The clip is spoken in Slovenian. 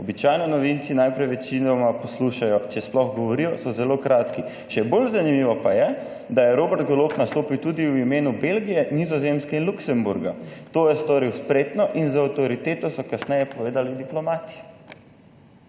Običajno novinci najprej večinoma poslušajo, če sploh govorijo, so zelo kratki. Še bolj zanimivo pa je, da je Robert Golob nastopil tudi v imenu Belgije, Nizozemske in Luksemburga. To je storil spretno in z avtoriteto, so kasneje povedali diplomati.«